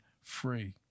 free